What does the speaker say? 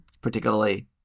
particularly